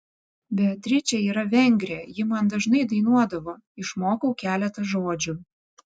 beatričė yra vengrė ji man dažnai dainuodavo išmokau keletą žodžių